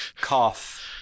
cough